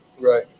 Right